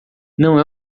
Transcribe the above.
não